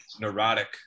neurotic